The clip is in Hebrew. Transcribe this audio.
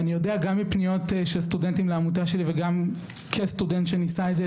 אני יודע גם מפניות של סטודנטים לעמותה שלי וגם כסטודנט שניסה את זה,